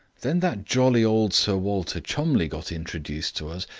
then that jolly old sir walter cholmondeliegh got introduced to us,